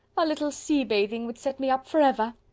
a little sea-bathing would set me up forever.